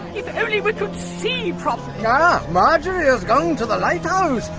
if only we could see properly! and marjorie's gone to the lighthouse.